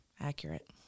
accurate